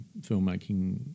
filmmaking